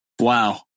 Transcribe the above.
Wow